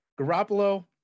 Garoppolo